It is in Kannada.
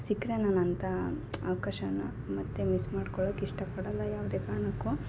ಸಿಕ್ಕರೆ ನಾನು ಅಂತ ಅವ್ಕಾಶನ ಮತ್ತೆ ಮಿಸ್ ಮಾಡ್ಕೊಳ್ಕೆ ಇಷ್ಟಪಡಲ್ಲ ಯಾವುದೇ ಕಾರಣಕ್ಕೂ